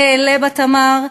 "אעלה בתמר",